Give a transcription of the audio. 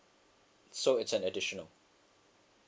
so it's an additional